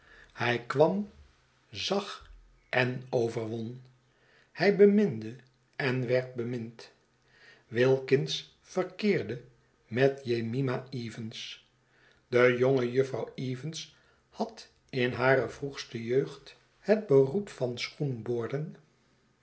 hij kwam zag en overwon hij beminde en werd bemind wilkins verkeerde met jemima evans de jonge jufvrouw evans had in hare vroegste jeugd het beroep van